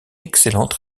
excellente